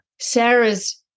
Sarah's